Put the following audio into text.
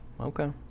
okay